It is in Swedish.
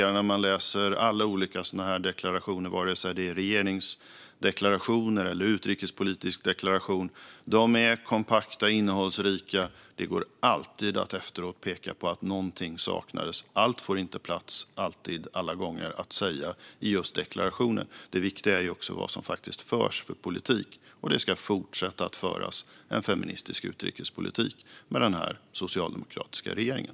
Alla sådana här deklarationer, vare sig det är regeringsdeklarationer eller utrikespolitiska deklarationer, är kompakta och innehållsrika. Det går alltid att efteråt peka på att någonting saknades. Allt får inte plats i deklarationen alla gånger. Men det viktiga är vilken politik som faktiskt förs. Vi ska fortsätta att föra en feministisk utrikespolitik med den här socialdemokratiska regeringen.